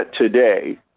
today